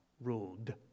ruled